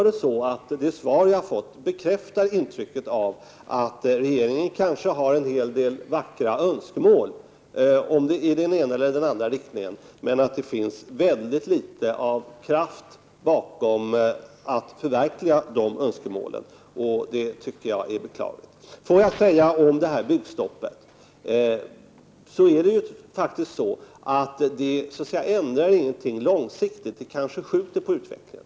Det svar som jag har fått bekräftar intrycket av att regeringen kanske har en hel del vackra önskemål i den ena eller den andra riktningen men att det finns mycket litet kraft bakom viljan att förverkliga dessa önskemål, vilket jag tycker är beklagligt. Beträffande byggstoppet vill jag säga att det faktiskt inte ändrar något på lång sikt, möjligen fördröjer det utvecklingen.